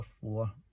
four